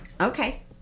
Okay